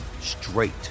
straight